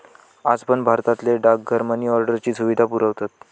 आज पण भारतातले डाकघर मनी ऑर्डरची सुविधा पुरवतत